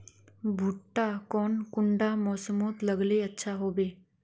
भुट्टा कौन कुंडा मोसमोत लगले अच्छा होबे?